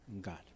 God